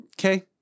okay